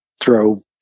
throw